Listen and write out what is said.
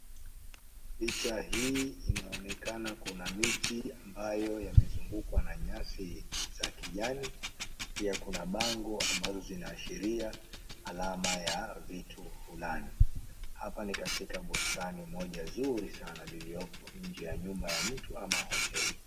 Picha hiii inaonekana kuna miti ambayo imezungukwa na nyasi za kijani pia kuna bango ambazo zinaashiria alama ya vitu fulani. Hapa ni katika bustani moja zuri sana liliopo nje ya nyumba ya mtu ama hoteli.